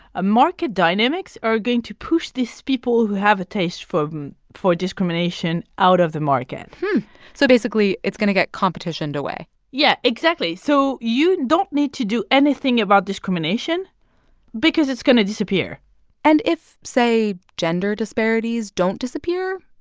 ah market dynamics are going to push these people who have a taste for for discrimination out of the market so basically, it's going to get competitioned away yeah, exactly. so you don't need to do anything about discrimination because it's going to disappear and if, say, gender disparities don't disappear,